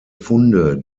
funde